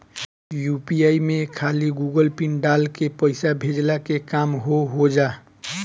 UPI में खाली Google pin डाल के पईसा भेजला के काम हो होजा